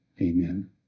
Amen